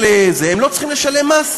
הם לא צריכים לשלם מס.